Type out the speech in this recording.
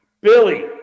Billy